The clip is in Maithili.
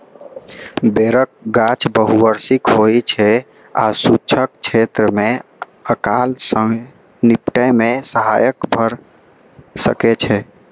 बेरक गाछ बहुवार्षिक होइ छै आ शुष्क क्षेत्र मे अकाल सं निपटै मे सहायक भए सकै छै